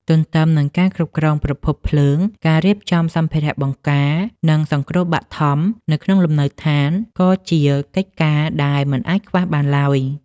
ទន្ទឹមនឹងការគ្រប់គ្រងប្រភពភ្លើង ការរៀបចំសម្ភារៈបង្ការ និងសង្គ្រោះបឋមនៅក្នុងលំនៅដ្ឋាន ក៏ជាកិច្ចការដែលមិនអាចខ្វះបានឡើយ។